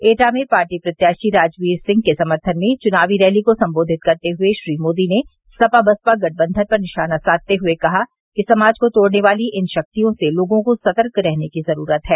एटा में पार्टी प्रत्याशी राजवीर सिंह के समर्थन में चुनावी रैली को संबोधित करते हुए श्री मोदी ने सपा बसपा गठबंधन पर निशाना साधते हुए कहा कि समाज को तोड़ने वाली इन शक्तियों से लोगों को सतर्क रहने की जरूरत है